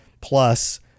plus